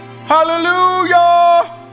hallelujah